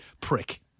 Prick